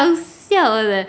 搞笑 leh then 他讲